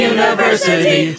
University